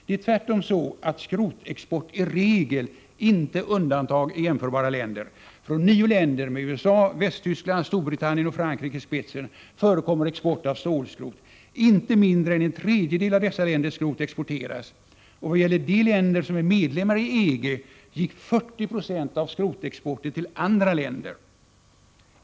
Det är tvärtom så att skrotexport är regel, inte undantag, i jämförbara länder. Från nio länder, med USA, Västtyskland, Storbritannien och Frankrike i spetsen, förekommer export av stålskrot. Inte mindre än en tredjedel av dessa länders skrot exporteras. Och i vad gäller de länder som är medlemmar i EG gick 40 96 av skrotexporten till andra länder.